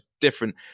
different